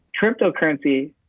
cryptocurrency